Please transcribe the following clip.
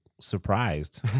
surprised